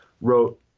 wrote